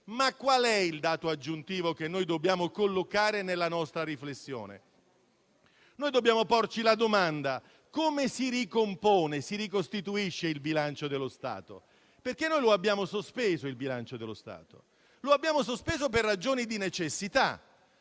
è però il dato aggiuntivo che noi dobbiamo collocare nella nostra riflessione? Dobbiamo porci una domanda: come si ricompone e si ricostituisce il bilancio dello Stato? Noi abbiamo sospeso il bilancio dello Stato per ragioni di necessità.